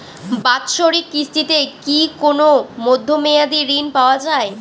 বাৎসরিক কিস্তিতে কি কোন মধ্যমেয়াদি ঋণ পাওয়া যায়?